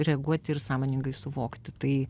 reaguoti ir sąmoningai suvokti tai